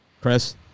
chris